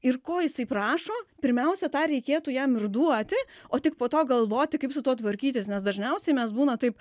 ir ko jisai prašo pirmiausia tą reikėtų jam ir duoti o tik po to galvoti kaip su tuo tvarkytis nes dažniausiai mes būna taip